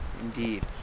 Indeed